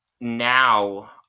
now